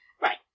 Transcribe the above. Right